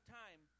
time